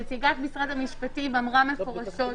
נציגת משרד המשפטים אמרה מפורשות,